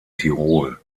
tirol